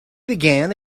began